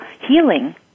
healing